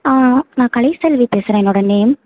நான் கலைச்செல்வி பேசுகிறேன் என்னோட நேம்